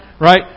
right